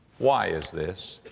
why is this?